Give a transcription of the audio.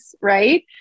Right